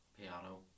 piano